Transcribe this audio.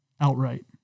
outright